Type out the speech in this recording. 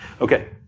Okay